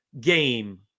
game